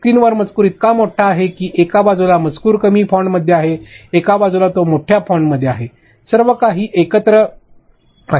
स्क्रीनवर मजकूर इतका मोठा आहे की एका बाजूला मजकूर कमी फॉन्टमध्ये आहे एका बाजूला तो मोठ्या फाँटवर आहे सर्व काही एकत्र आहे